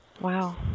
Wow